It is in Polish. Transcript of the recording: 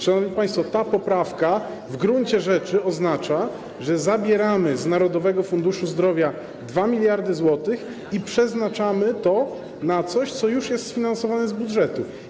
Szanowni państwo, ta poprawka w gruncie rzeczy oznacza, że zabieramy z Narodowego Funduszu Zdrowia 2 mld zł i przeznaczamy je na coś, co jest już sfinansowane z budżetu.